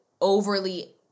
overly